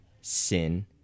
sin